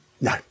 No